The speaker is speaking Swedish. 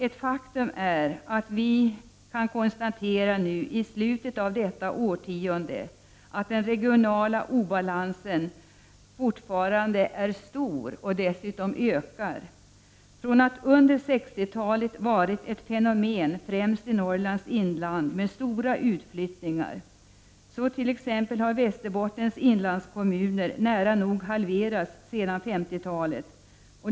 Ett faktum är att vi i slutet av detta årtionde kan konstatera att den regionala obalansen fortfarande är stor och att der dessutom ökar. Från att under 60-talet ha varit ett fenomen i främst Norrlands inland — med stora utflyttningar — har nu Västerbottens inlandskommuner sedan 50-talet nära nog fått sin befolkning halverad.